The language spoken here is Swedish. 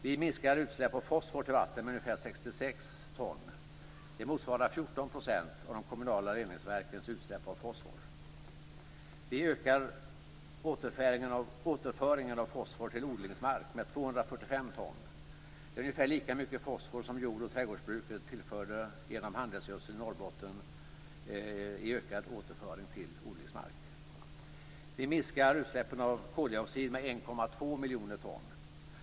Vi minskar utsläpp av fosfor till vatten med ungefär 66 ton. Det motsvarar 14 % av de kommunala reningsverkens utsläpp av fosfor. Vi ökar återföringen av fosfor till odlingsmark med 245 ton. Det är ungefär lika mycket fosfor som jord och trädgårdsbruket tillförde genom handelsgödsel i Norrbotten. Vi minskar utsläppen av koldioxid med 1,2 miljoner ton.